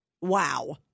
Wow